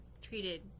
treated